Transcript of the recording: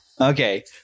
Okay